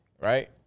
right